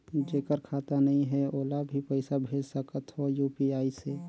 जेकर खाता नहीं है ओला भी पइसा भेज सकत हो यू.पी.आई से?